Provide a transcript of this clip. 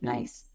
Nice